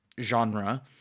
genre